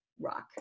rock